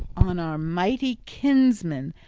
on our mighty kinsman,